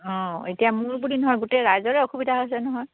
অঁ এতিয়া মোৰ বুলি নহয় গোটেই ৰাইজৰে অসুবিধা হৈছে নহয়